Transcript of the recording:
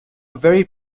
very